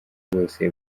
bose